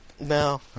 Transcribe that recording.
No